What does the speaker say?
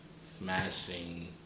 smashing